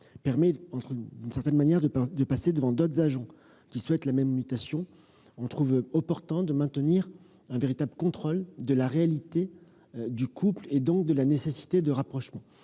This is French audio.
permet, d'une certaine manière, de passer devant d'autres agents qui souhaitent la même mutation, nous trouvons opportun de maintenir un véritable contrôle de la réalité du couple, donc de la nécessité du rapprochement.